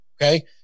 Okay